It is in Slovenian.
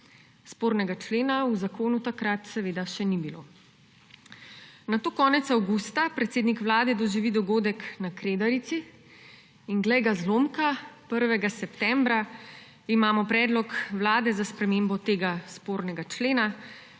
spornega člena v zakonu takrat seveda še ni bilo. Nato konec avgusta predsednik Vlade doživi dogodek na Kredarici in, glej ga zlomka, 1. septembra imamo predlog Vlade za spremembo tega spornega člena,